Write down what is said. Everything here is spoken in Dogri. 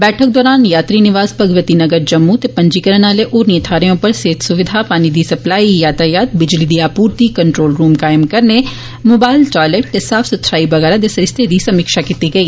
बैठक दरान यात्री निवास भगवती नगर जम्मू ते पंजीकाण आले होरनी थाहरे उप्पर सेहत सुविधा पानी दी सप्लाई यातायात बिजली दी आपूर्ति कंट्रोल रूम कायम करने मोबाइल टायलट ते साफ सुथराई बगैरा दे सरिस्ते दी समीक्षा कीती गेई